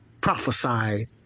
prophesied